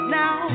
now